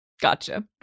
Gotcha